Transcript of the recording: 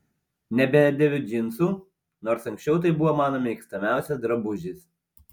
nebedėviu džinsų nors anksčiau tai buvo mano mėgstamiausias drabužis